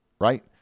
right